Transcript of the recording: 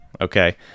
Okay